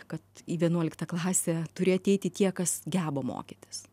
kad į vienuoliktą klasę turi ateiti tie kas geba mokytis